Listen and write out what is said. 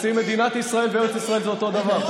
אצלי מדינת ישראל וארץ ישראל זה אותו הדבר.